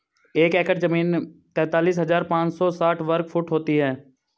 एक एकड़ जमीन तैंतालीस हजार पांच सौ साठ वर्ग फुट होती है